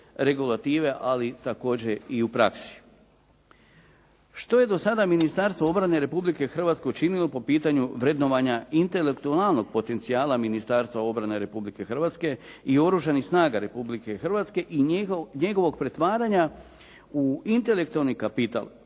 regulative ali također i u praksi. Što je do sada Ministarstvo obrane Republike Hrvatske učinilo po pitanju vrednovanja intelektualnog potencijala Ministarstva obrane Republike Hrvatske i Oružanih snaga Republike Hrvatske i njegovog pretvaranja u intelektualni kapital